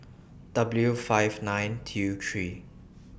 W five nine T U three